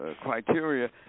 criteria